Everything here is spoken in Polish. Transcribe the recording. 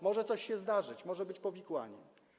Może coś się zdarzyć, może być powikłanie.